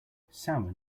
salmon